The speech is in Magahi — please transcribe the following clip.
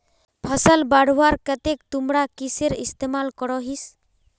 फसल बढ़वार केते तुमरा किसेर इस्तेमाल करोहिस?